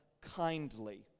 kindly